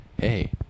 Hey